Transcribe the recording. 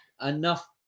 enough